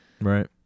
Right